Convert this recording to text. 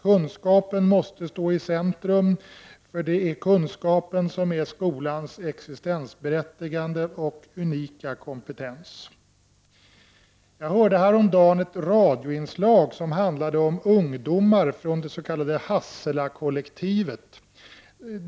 Kunskapen måste stå i centrum, eftersom det är kunskapen som är skolans existensberättigande och unika kompetens. Jag hörde häromdagen ett radioinslag som handlade om ungdomar från Hasselakollektivet.